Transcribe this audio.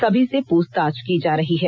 सभी से पूछताछ की जा रही है